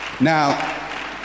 Now